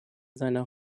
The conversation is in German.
seiner